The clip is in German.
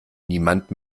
niemand